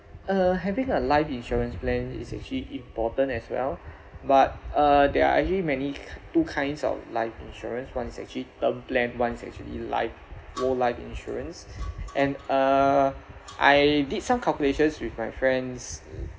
uh having a life insurance plan is actually important as well but uh there are actually many k~ two kinds of life insurance one is actually term plan one is actually life all life insurance and uh I did some calculations with my friends uh